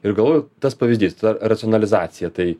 ir galvoju tas pavyzdys ta racionalizacija tai